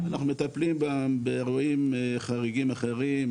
אנחנו מטפלים באירועים חריגים אחרים,